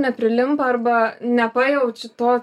neprilimpa arba nepajaučiu to